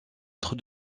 être